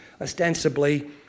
ostensibly